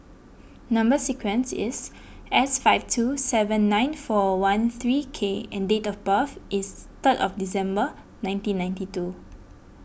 Number Sequence is S five two seven nine four one three K and date of birth is third of December nineteen ninety two